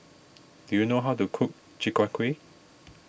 do you know how to cook Chi Kak Kuih